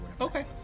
okay